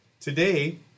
Today